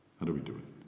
how do we do it?